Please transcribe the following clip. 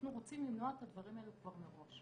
אנחנו רוצים למנוע את הדברים האלו מראש.